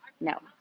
no